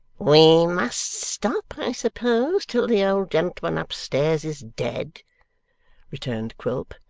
we must stop, i suppose, till the old gentleman up stairs is dead returned quilp.